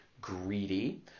greedy